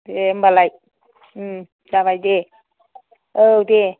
दे होनबालाय जाबाय दे औ दे